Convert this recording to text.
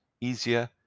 easier